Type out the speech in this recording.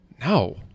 no